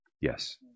Yes